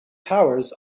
powers